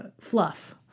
fluff